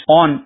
on